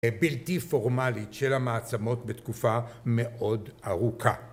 בלתי פורמלית של המעצמות בתקופה מאוד ארוכה.